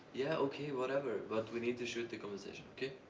yeah okay, whatever but we need to shoot the conversation. okay?